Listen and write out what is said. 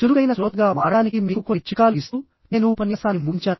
చురుకైన శ్రోత గా మారడానికి మీకు కొన్ని చిట్కాలు ఇస్తూ నేను ఉపన్యాసాన్ని ముగించాను